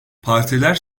partiler